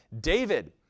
David